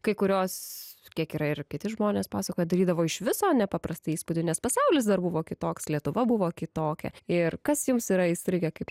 kai kurios kiek yra ir kiti žmonės pasakoję darydavo iš viso nepaprastą įspūdį nes pasaulis dar buvo kitoks lietuva buvo kitokia ir kas jums yra įstrigę kaip